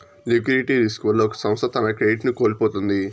liquidity risk వల్ల ఒక సంస్థ తన క్రెడిట్ ను కోల్పోతుంది